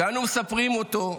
כשאנו מספרים אותו,